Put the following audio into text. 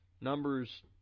Numbers